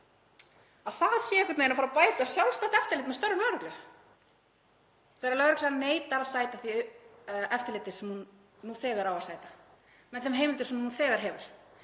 sé einhvern veginn að bæta sjálfstætt eftirlit með störfum lögreglu þegar lögreglan neitar að sæta eftirliti sem hún nú þegar á að sæta með þeim heimildum sem hún nú þegar hefur.